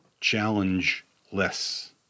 challenge-less